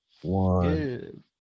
one